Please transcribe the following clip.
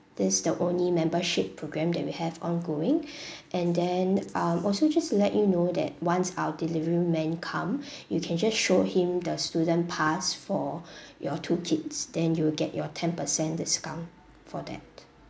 this is the only membership programme that we have ongoing and then um also just to let you know that once our delivery man come you can just show him the student pass for your two kids then you'll get your ten percent discount for that